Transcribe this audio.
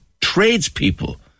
tradespeople